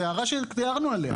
זאת הערה שהערנו עליה.